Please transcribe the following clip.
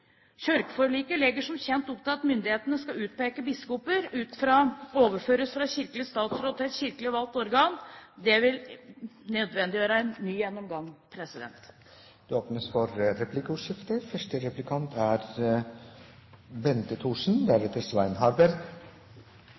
legger, som kjent, opp til at myndigheten til å utpeke biskoper skal overføres fra kirkelig statsråd til et kirkelig valgt organ. Det vil nødvendiggjøre en ny gjennomgang. Det åpnes for replikkordskifte.